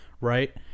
right